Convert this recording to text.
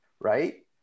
right